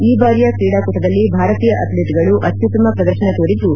ಈ ಬಾರಿಯ ಕ್ರೀಡಾಕೂಟದಲ್ಲಿ ಭಾರತೀಯ ಅಥ್ಲೀಟ್ಗಳು ಅತ್ಯುತ್ತಮ ಪ್ರದರ್ಶನ ತೋರಿದ್ದು